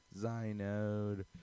zynode